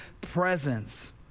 presence